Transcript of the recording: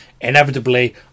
Inevitably